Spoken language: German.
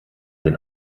den